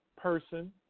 person